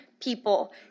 people